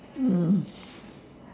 mm